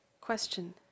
Question